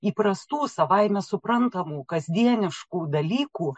įprastų savaime suprantamų kasdieniškų dalykų